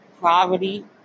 poverty